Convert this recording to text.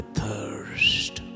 thirst